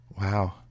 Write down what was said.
Wow